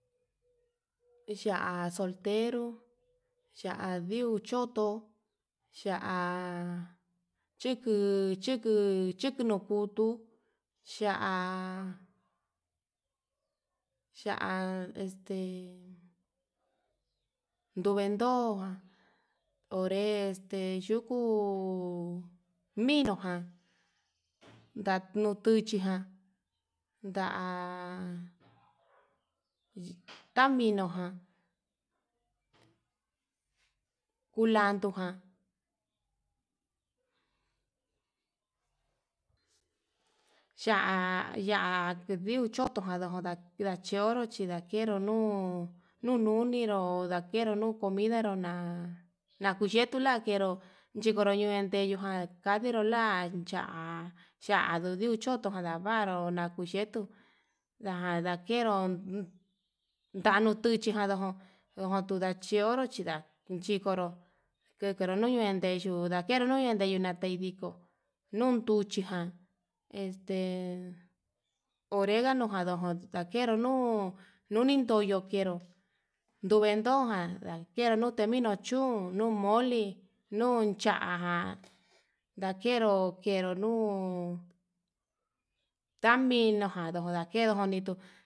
Ya'á soltero ya'á ndigo choto ya'á chiku chiku chiku nukutu, ya'á ya'á este ndeventojan onré tenyuu minujan ndanui tuchijan, nda'a da taminojan kulandojan ya'á ya'á vio chojando ndakuida ndachoro chi ndakero, nuu nununiro ho ndakero nuu comida nro na nkuxhetu lakero nikonroño nuende jan, kandiro lan cha chadudui choko ndavaru nakuyetu tadakero nandu tuchi njaro ojon tuu ndachioro chída ndikoro kukuro noyen ndeyu ndakeru nui ndeyu ndakei viko nunduchi ján este oregano jano jon ndakero, nuu nunindoyo kenro nduven toján ndakeru nuteminu chún nuu moli nuu cha'a ndakero kero nuu taminujan tu ndakero chuditu.